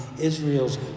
Israel's